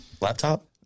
Laptop